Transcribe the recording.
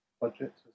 budget